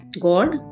God